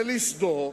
ולסדוק,